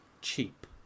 cheap